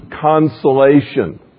consolation